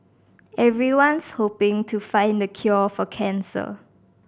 everyone's hoping to find the cure for cancer